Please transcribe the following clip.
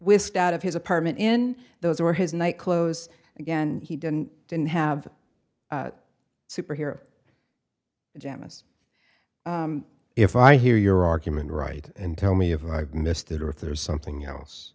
whisked out of his apartment in those were his night clothes again he didn't didn't have superhero gemma's if i hear your argument right and tell me if i missed it or if there's something else